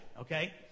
okay